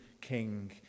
king